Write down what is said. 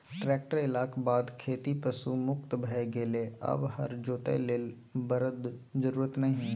tractor एलाक बाद खेती पशु मुक्त भए गेलै आब हर जोतय लेल बरद जरुरत नहि